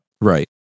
Right